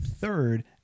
Third